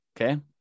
okay